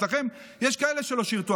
אצלכם יש כאלה שלא שירתו.